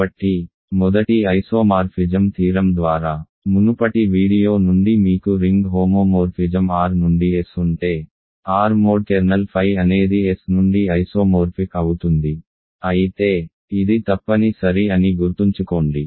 కాబట్టి మొదటి isomorphism theorem ద్వారా మునుపటి వీడియో నుండి మీకు రింగ్ హోమోమోర్ఫిజం R నుండి S ఉంటే R మోడ్ కెర్నల్ ఫై అనేది S నుండి ఐసోమోర్ఫిక్ అవుతుంది అయితే ఇది తప్పని సరి అని గుర్తుంచుకోండి